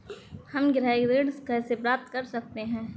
हम गृह ऋण कैसे प्राप्त कर सकते हैं?